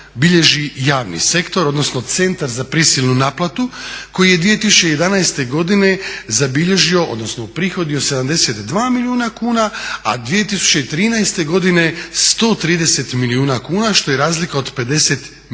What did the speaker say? bilježi javni sektor, odnosno Centar za prisilnu naplatu koji je 2011. godine zabilježio odnosno uprihodio 72 milijuna kuna, a 2013. godine 130 milijuna kuna što je razlika od 58 milijuna